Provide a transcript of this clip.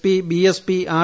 P BSP R